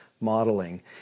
modeling